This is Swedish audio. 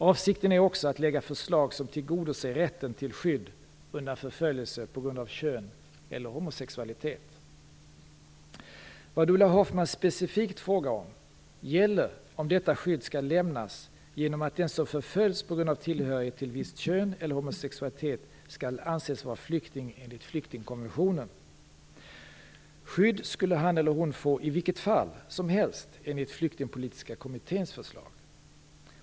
Avsikten är också att lägga fram förslag som tillgodoser rätten till skydd undan förföljelse på grund av kön eller homosexualitet. Vad Ulla Hoffmann specifikt frågar om gäller om detta skydd skall lämnas genom att den som förföljs på grund av tillhörighet till visst kön eller homosexualitet skall anses vara flykting enligt flyktingkonventionen. Skydd skulle han eller hon få i vilket fall som helst enligt Flyktingpolitiska kommitténs förslag.